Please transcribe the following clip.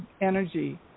energy